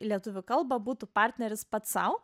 į lietuvių kalbą būtų partneris pats sau